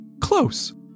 Close